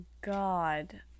God